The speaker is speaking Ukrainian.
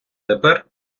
тепер